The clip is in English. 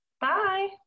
Bye